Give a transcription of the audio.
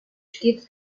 stets